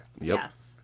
Yes